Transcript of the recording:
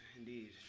indeed